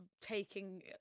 taking